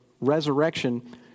resurrection